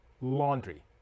laundry